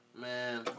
Man